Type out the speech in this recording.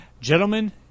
Gentlemen